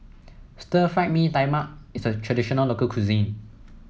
Stir Fried Mee Tai Mak is a traditional local cuisine